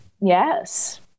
yes